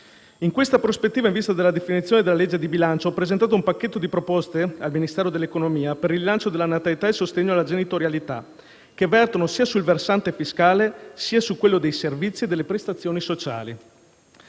In questa prospettiva e in vista della definizione della legge di bilancio, ho presentato un pacchetto di proposte al Ministero dell'economia per il rilancio della natalità e il sostegno alla genitorialità, che vertono sia sul versante fiscale, sia su quello dei servizi e delle prestazioni sociali.